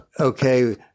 okay